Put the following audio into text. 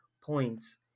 points